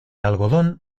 algodón